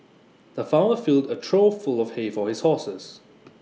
the farmer filled A trough full of hay for his horses